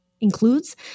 includes